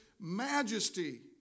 majesty